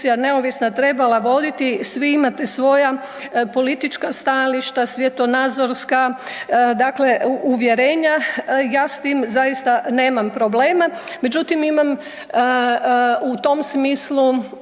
neovisna trebala voditi, svi imate svoja politička stajališta, svjetonazorska, dakle uvjerenja, ja s tim zaista nemam problema. Međutim, imam u tom smislu